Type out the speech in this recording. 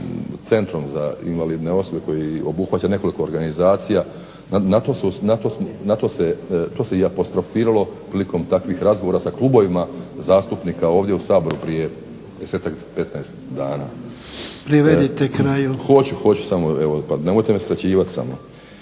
Centrom za invalidne osobe koja obuhvaća nekoliko organizacija, to se i apostrofiralo prilikom takvih razgovora sa klubovima zastupnika ovdje u Saboru prije 10, 15 dana. ... /Upadica: Privedite kraju./ ... Hoću. Samo me nemojte skraćivati.